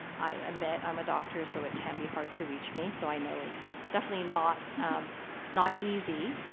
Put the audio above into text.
i admit i'm a doctor so it can be hard to reach me so i know it's definitely not not easy,